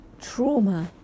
Trauma